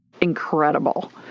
incredible